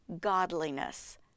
godliness